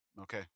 Okay